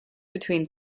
between